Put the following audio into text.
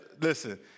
listen